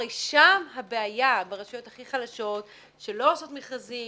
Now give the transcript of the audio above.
- הרי שם הבעיה ברשויות הכי חלשות שלא עושות מכרזים,